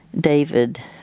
David